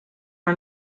are